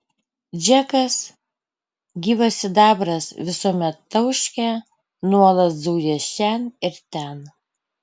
džekas gyvas sidabras visuomet tauškia nuolat zuja šen ir ten